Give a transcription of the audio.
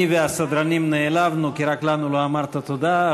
אני והסדרנים נעלבנו כי רק לנו לא אמרת תודה,